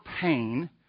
pain